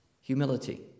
humility